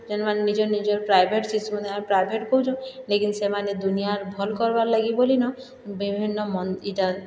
ଯେନ୍ ମାନେ ନିଜ ନିଜର ପ୍ରାଇଭେଟ ଶିଶୁ ମନ୍ଦିର ଆମେ ପ୍ରାଇଭେଟ କହୁଛନ୍ ଲେକିନ ସେମାନେ ଦୁନିଆର ଭଲ କର୍ବାର ଲାଗି ବୋଲି ନ ବିଭିନ୍ନ ଇଟା